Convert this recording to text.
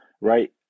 right